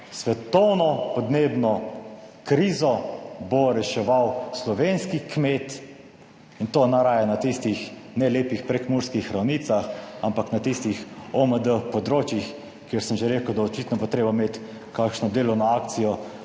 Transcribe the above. svetovno podnebno krizo bo reševal slovenski kmet, in to najraje na tistih ne lepih prekmurskih ravnicah, ampak na tistih OMD področjih, kjer sem že rekel, da očitno bo treba imeti kakšno delovno akcijo